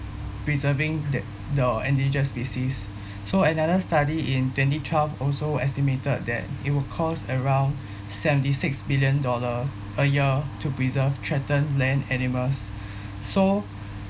preserving th~ the endangered species so another study in twenty-twelve also estimated that it would cost around seventy-six billion dollar a year to preserve threatened land animals so